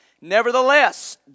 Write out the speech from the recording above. Nevertheless